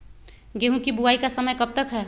गेंहू की बुवाई का समय कब तक है?